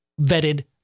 vetted